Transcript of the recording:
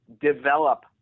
develop